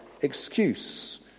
excuse